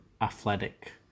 athletic